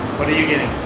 what are you getting?